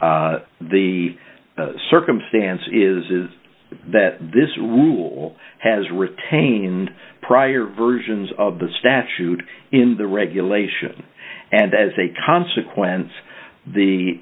that's the circumstance is that this rule has retained prior versions of the statute in the regulation and as a consequence the